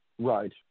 Right